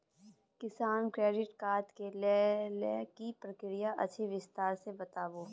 किसान credit card के लेल की प्रक्रिया अछि विस्तार से बताबू?